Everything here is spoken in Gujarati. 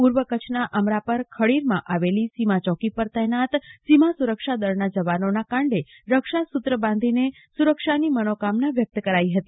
પૂર્વ કચ્છની અમરાપર ખડીરમાં આવેલી સીમા ચોકી પર તૈનાત સીમા સુરક્ષા દળના જવાનોના કાંડે રક્ષા સૂત્ર બાંધીને સુરક્ષાની મનોકામના વ્યક્ત કરી હતી